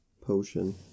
potion